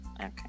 Okay